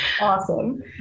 Awesome